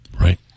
right